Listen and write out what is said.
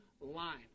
line